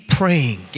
praying